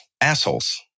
Assholes